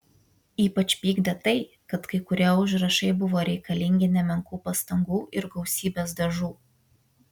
ypač pykdė tai kad kai kurie užrašai buvo reikalingi nemenkų pastangų ir gausybės dažų